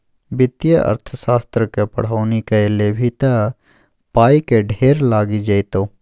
वित्तीय अर्थशास्त्रक पढ़ौनी कए लेभी त पायक ढेर लागि जेतौ